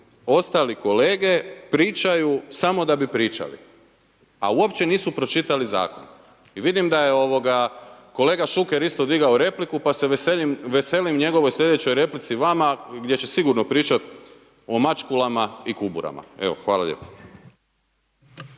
ostali kolege pričaju samo da bi pričali, a uopće nisu pročitali zakon. I vidim da je kolega Šuker isto digao repliku pa se veselim njegovoj sljedećoj replici vama gdje će sigurno pričat o mačkulama i kuburama. Evo, hvala lijepo.